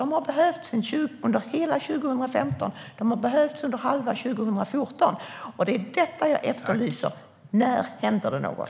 De har behövts under hela 2015 och halva 2014. Det är detta jag efterlyser. När händer det något?